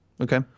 Okay